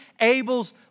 Abel's